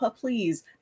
Please